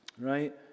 right